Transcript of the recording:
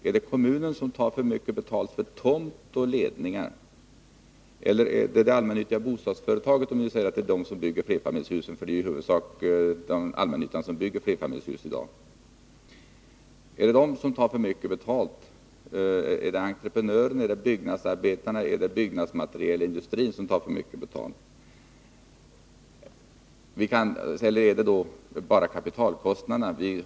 Är det kommunen som tar för mycket betalt för tomt och ledningar? Eller är det de allmännyttiga bostadsföretagen — det är ju huvudsakligen allmännyttan som bygger flerfamiljshus i dag — som tar för mycket betalt? Är det entreprenörerna, byggnadsarbetarna eller byggnadsmaterielindustrin som tar för mycket betalt? Eller är det bara kapitalkostnaderna som är för höga?